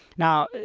now,